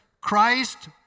Christ